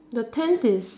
the tent is